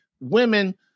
women